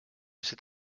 cet